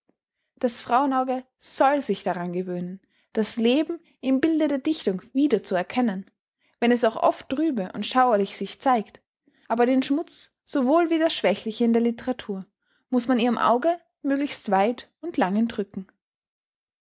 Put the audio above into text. das frauenauge soll sich daran gewöhnen das leben im bilde der dichtung wieder zu erkennen wenn es auch oft trübe und schauerlich sich zeigt aber den schmutz sowohl wie das schwächliche in der literatur muß man ihrem auge möglichst weit und lang entrücken